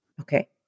Okay